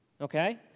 Okay